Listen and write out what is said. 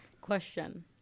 Question